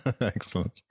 Excellent